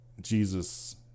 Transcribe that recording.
jesus